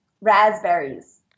Raspberries